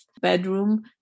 bedroom